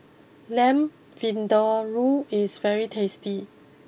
Lamb Vindaloo is very tasty